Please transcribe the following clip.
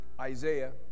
Isaiah